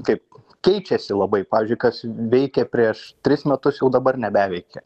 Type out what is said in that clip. kaip keičiasi labai pavyzdžiui kas veikė prieš tris metus jau dabar nebeveikia